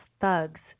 thugs